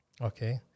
Okay